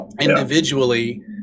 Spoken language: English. individually